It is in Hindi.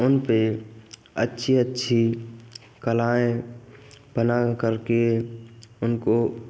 उन पर अच्छी अच्छी कलाएँ बना करके उनको